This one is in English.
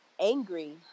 angry